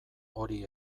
hori